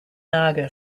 naga